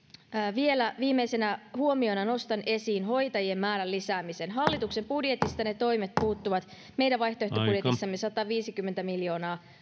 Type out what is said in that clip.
vielä viimeisenä huomiona nostan esiin hoitajien määrän lisäämisen hallituksen budjetista ne toimet puuttuvat meidän vaihtoehtobudjetissamme on sataviisikymmentä miljoonaa